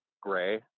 gray